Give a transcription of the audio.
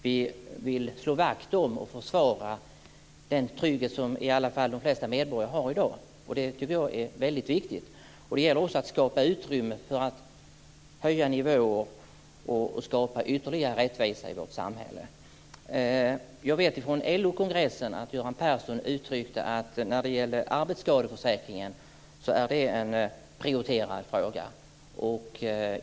Vi vill slå vakt om och försvara den trygghet som i alla fall de flesta medborgare har i dag. Det tycker jag är väldigt viktigt. Det gäller också att skapa utrymme för att höja nivån och skapa ytterligare rättvisa i vårt samhälle. Jag vet från LO-kongressen att Göran Persson när det gäller arbetsskadeförsäkringen uttryckte att det är en prioriterad fråga.